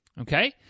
Okay